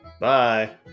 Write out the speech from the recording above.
Bye